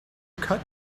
cut